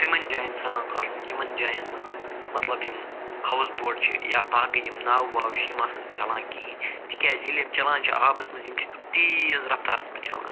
تِمَن جایَن سرٛان کَرُن یِمَن جایَن نہٕ مطلب یِم ہاوُس بوٹ چھِ یا باقٕے یِم ناوٕ واوٕ چھِ یِم آسَن نہٕ چلان کِہیٖنۍ تِکیٛازِ ییٚلہِ یِم چلان چھِ آبَس منٛز یِم چھِ تیز رفتارَس منٛز چلان